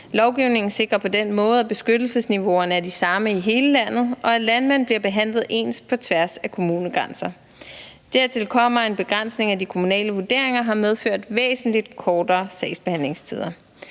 Lovgivningen sikrer på den måde, at beskyttelsesniveauerne er de samme i hele landet, og at landmænd bliver behandlet ens på tværs af kommunegrænser. Dertil kommer, at en begrænsning af de kommunale vurderinger har medført væsentlig kortere sagsbehandlingstider.